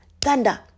thunder